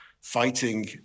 fighting